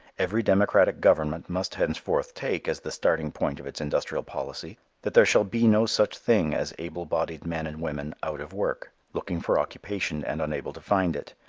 every democratic government must henceforth take as the starting point of its industrial policy, that there shall be no such thing as able bodied men and women out of work, looking for occupation and unable to find it.